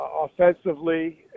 offensively